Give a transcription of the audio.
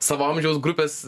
savo amžiaus grupės